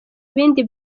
bindi